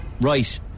right